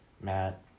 Matt